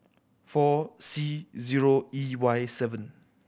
four C zero E Y seven